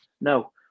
No